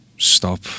stop